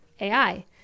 AI